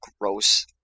gross